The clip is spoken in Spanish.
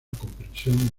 comprensión